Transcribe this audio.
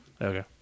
Okay